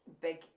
big